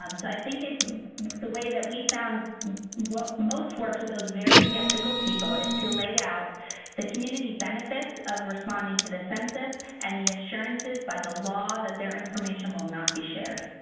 um so i think it's the way that we found most works with those very skeptical people, is to lay out the community benefits of responding to the census, and the assurances by the law that their information will not be shared.